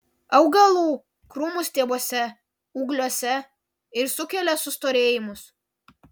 augalų krūmų stiebuose ūgliuose ir sukelia sustorėjimus